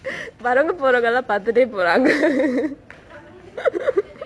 வரவங்கே போறவங்கேலா பாத்துட்டே போறாங்கே:varavangae poravanggella paathuttae poraangae